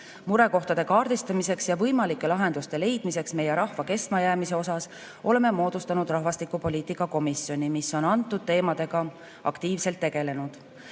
Murekohtade kaardistamiseks ja võimalike lahenduste leidmiseks meie rahva kestmajäämise osas oleme moodustanud rahvastikupoliitika komisjoni, mis on antud teemadega aktiivselt tegelenud.